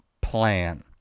plan